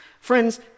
Friends